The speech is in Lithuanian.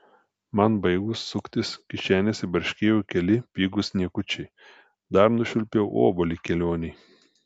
man baigus suktis kišenėse barškėjo keli pigūs niekučiai dar nušvilpiau obuolį kelionei